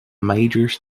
majors